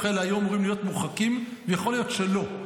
האלה היו אמורים להיות מורחקים ויכול להיות שלא.